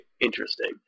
interesting